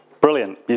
brilliant